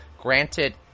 Granted